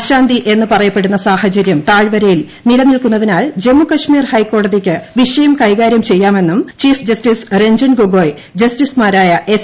അശാന്തി എന്ന് പറയപ്പെടുന്ന സാഹചര്യം താഴ്വരയിൽ നിലനിൽക്കുന്നതിനാൽ ജമ്മു കാശ്മീർ ഹൈക്കോടതിയ്ക്ക് വിഷയം കൈകാര്യം ചെയ്യാമെന്നും ചീഫ് ജസ്റ്റിസ് രഞ്ജൻ ഗൊഗോയ് ജസ്റ്റിസുമാരായ എസ്